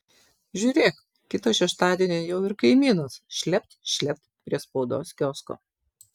žiūrėk kitą šeštadienį jau ir kaimynas šlept šlept prie spaudos kiosko